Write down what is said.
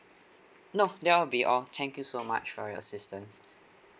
no that will be all thank you so much for your assistance